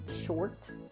Short